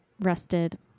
rested